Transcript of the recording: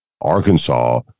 Arkansas